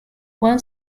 one